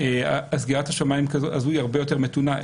סגירת השמים הזאת היא הרבה יותר מתונה.